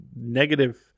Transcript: negative